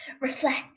reflect